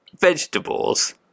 vegetables